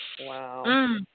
Wow